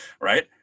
right